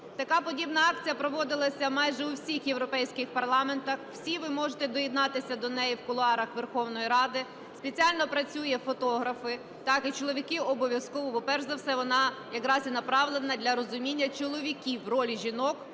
Така подібна акція проводилася майже у всіх європейських парламентах, всі ви можете доєднатися до неї в кулуарах Верховної Ради. Спеціально працюють фотографи, так, і чоловіки обв'язково... Бо, перш за все, вона якраз і направлена для розуміння чоловіків ролі жінок